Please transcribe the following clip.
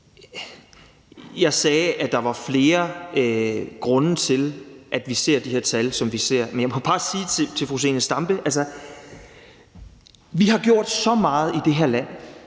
Jeg sagde, at der var flere grunde til, at vi ser de tal, som vi ser. Men jeg må bare sige til fru Zenia Stampe, at vi har gjort så meget i det her land,